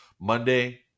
Monday